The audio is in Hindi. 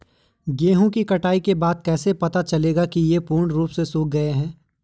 गेहूँ की कटाई के बाद कैसे पता चलेगा ये पूर्ण रूप से सूख गए हैं?